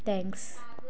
thanks